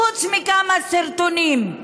חוץ מכמה סרטונים.